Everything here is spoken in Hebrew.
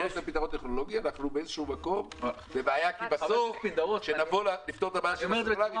אז אנחנו בבעיה כי בסוף כשנבוא לפתור את הבעיה של הסלולרי,